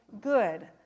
good